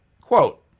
quote